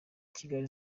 kigali